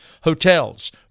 hotels